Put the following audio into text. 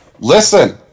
Listen